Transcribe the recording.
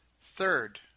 Third